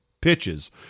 pitches